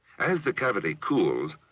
as the cavity cools,